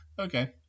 Okay